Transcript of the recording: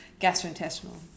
gastrointestinal